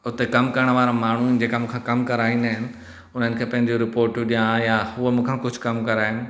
हुते कमु करण वारा माण्हू जेका मूंखा कमु कराईंदा आहिनि हुननि खे पंहिंजियूं रिपोर्टियूं ॾियां या हुअ मूंखां कुझु कमु कराइनि